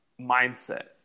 mindset